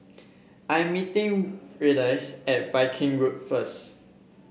I am meeting Reyes at Viking Road first